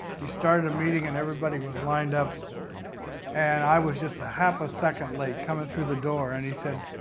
he started a meeting and everybody was lined up and i was just a half a second late coming through the door and he said,